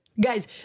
Guys